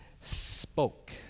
spoke